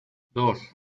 dos